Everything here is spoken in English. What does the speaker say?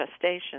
gestation